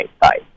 Bye